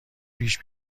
پیش